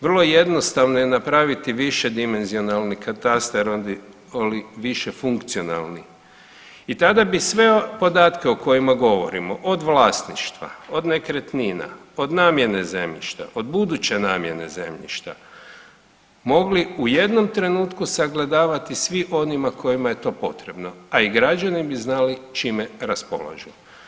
Vrlo jednostavno je napraviti višedimenzionalni katastar ili više funkcionalni i tada bi sve podatke o kojima govorimo od vlasništva, od nekretnina, od namjene zemljišta, od buduće namjene zemljišta mogli u jednom trenutku sagledavati svim onima kojima je to potrebno a i građani bi znali čime raspolažu.